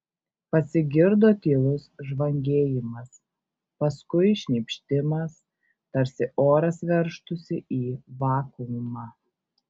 pasigirdo tylus žvangėjimas paskui šnypštimas tarsi oras veržtųsi į vakuumą